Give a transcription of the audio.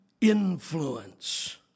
influence